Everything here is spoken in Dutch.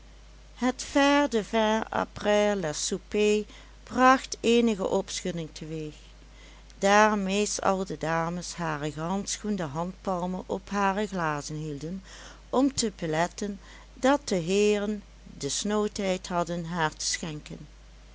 la soupe bracht eenige opschudding teweeg daar meest al de dames hare gehandschoende handpalmen op hare glazen hielden om te beletten dat de heeren de snoodheid hadden haar te schenken